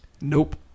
Nope